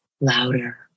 louder